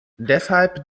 deshalb